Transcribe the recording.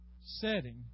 setting